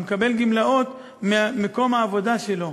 הוא מקבל גמלאות ממקום העבודה שלו,